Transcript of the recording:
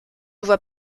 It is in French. vois